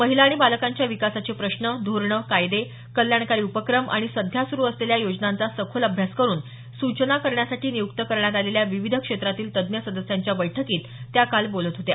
महिला आणि बालकांच्या विकासाचे प्रश्न धोरणं कायदे कल्याणकारी उपक्रम आणि सध्या सुरु असलेल्या योजनांचा सखोल अभ्यास करुन सूचना करण्यासाठी नियुक्त करण्यात आलेल्या विविध क्षेत्रातील तज्ज्ञ सदस्यांच्या बैठकीत त्या काल बोलत होत्या